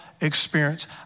experience